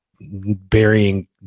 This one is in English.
burying